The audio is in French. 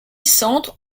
centre